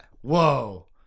Whoa